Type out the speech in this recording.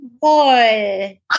Boy